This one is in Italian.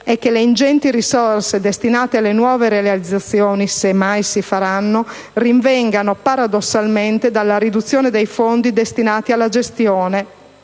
è che le ingenti risorse destinate alle nuove realizzazioni (se mai si faranno) rinvengano, paradossalmente, dalla riduzione dei fondi destinati alla gestione